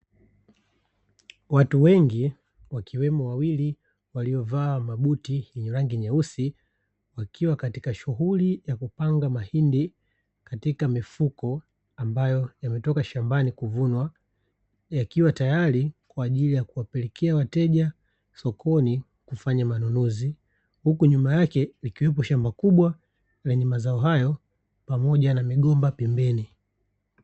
Watu wengi wakiwemo wawili waliovaa mabuti yenye rangi nyeusi wakiwa katika shughuli ya kupanga mahindi katika mifuko ambayo yametoka shambani kuvunwa yakiwa tayari kwaajili ya kuwapelekea wateja sokoni kufanya manunuzi, huku nyuma yake likiwepo shamba kubwa lenye mazao hayo pamoja na migomba pembeni.